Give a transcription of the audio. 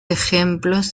ejemplos